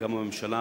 וגם הממשלה,